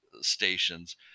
stations